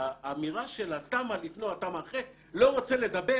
האמירה של התמ"א לפני, תמ"א אחרי, לא רוצה לדבר.